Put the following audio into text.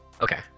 Okay